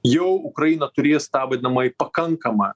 jau ukraina turės tą vadinamąjį pakankamą